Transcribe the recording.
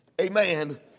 Amen